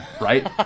right